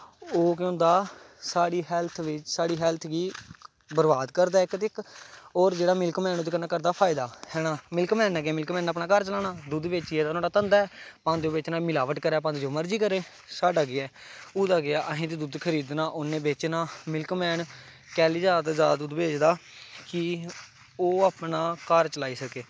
ओह् केह् होंदा साढ़ी हैल्थ बिच्च साढ़ी हैल्थ गी बरबाद करदा इक ते इक होर जेह्ड़ा मिल्क मैन ओह्दे कन्नै करदा फायदा हैना मिल्क मैन ने केह् मिल्क मैन ने अपना घर चलाना दुद्ध बेचियै ते ओह् नोहाड़ा धंदा ऐ भाएं ओह्दे च मलाबट करै भामें जो मर्जी करै साड्ढा केह् ऐ ओह्दा केह् ऐ असीं ते दुद्ध खरीदना उ'नें बेचना मिल्क मैन कैहली जादा तो जादा दुद्ध बेचदा कि ओह् अपना घर चलाई सकै